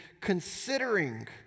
considering